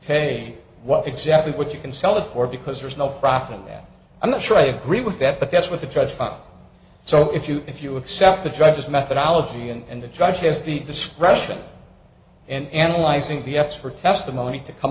pay what exactly what you can sell it for because there's no profit in that i'm not sure i agree with that but that's what the judge found so if you if you accept the judge's methodology and the judge has the discretion and analyzing the expert testimony to come